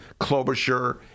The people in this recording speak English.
Klobuchar